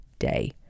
day